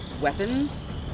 weapons